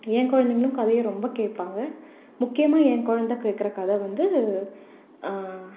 என் குழந்தைங்களும் கதையை ரொம்ப கேட்பாங்க முக்கியமாக என் குழந்த கேட்குற கதை வந்து